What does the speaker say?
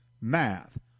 math